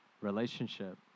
relationship